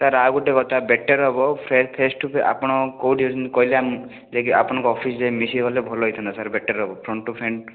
sir ଆଉ ଗୋଟେ କଥା ବେଟର୍ ହେବ ଫେ ଫେସ୍ ଟୁ ଆପଣ କେଉଁଠି ଅଛନ୍ତି କହିଲେ ଆମେ ଯାଇକି ଆପଣଙ୍କ ଅଫିସରେ ମିଶିଗଲେ ଭଲ ହେଇଥାନ୍ତା ସାର୍ ବେଟର୍ ହେବ ଫ୍ରଣ୍ଟ୍ ଟୁ ଫ୍ରଣ୍ଟ୍